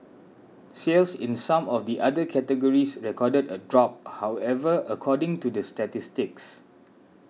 sales in some of the other categories recorded a drop however according to the statistics